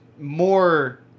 more